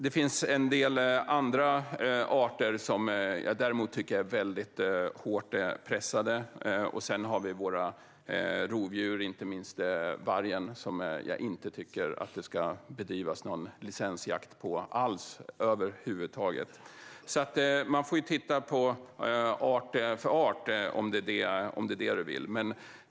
Det finns däremot en del andra arter som jag tycker är hårt pressade. Och på våra rovdjur, inte minst vargen, tycker jag inte att det ska bedrivas någon licensjakt över huvud taget. Man får alltså titta på det art för art, om det är det du är ute efter, Magnus Oscarsson.